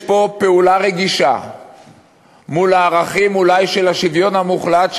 יש פה פעולה רגישה מול הערכים של השוויון המוחלט,